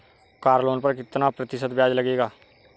Car loan पर कितना प्रतिशत ब्याज लगेगा?